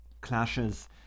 clashes